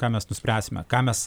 ką mes nuspręsime ką mes